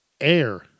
Air